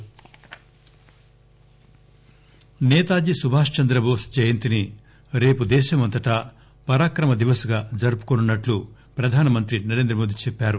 N S D P M Netaji Netaji Subhash Chandrabose జయంతిని రేపు దేశమంతటా పరాక్రమ దివస్ గా జరుపుకోనున్నట్లు ప్రధానమంత్రి నరేంద్రమోదీ చెప్పారు